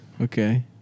Okay